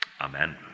Amen